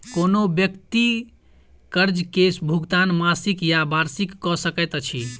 कोनो व्यक्ति कर्ज के भुगतान मासिक या वार्षिक कअ सकैत अछि